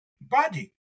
body